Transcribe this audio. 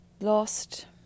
lost